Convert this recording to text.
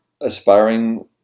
aspiring